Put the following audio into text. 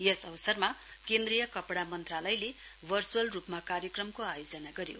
यस अवसरमा केन्द्रीय कपड़ा मन्त्रालयले वर्च्अल रूपमा कार्यक्रमको आयोजना गर्यो